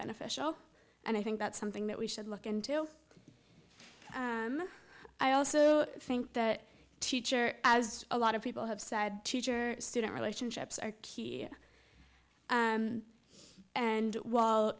beneficial and i think that's something that we should look into i also think that teacher as a lot of people have said teacher student relationships are key here and w